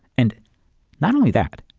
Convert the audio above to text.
and not only that,